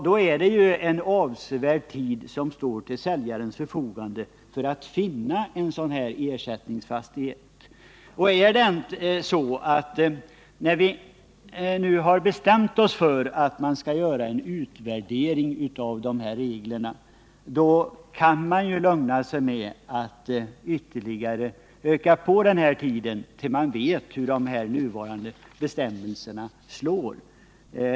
Då är det ju en avsevärd tid som står till säljarens förfogande för att finna en ersättningsfastighet. När vi nu har bestämt oss för att man skall göra en utvärdering av dessa regler, kan man ju lugna sig med att ytterligare öka på tiden tills man vet hur de nuvarande bestämmelserna slår.